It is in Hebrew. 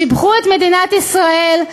שיבחו את מדינת ישראל,